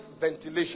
ventilation